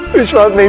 is for i mean